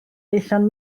aethon